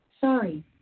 Sorry